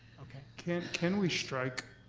can can we strike,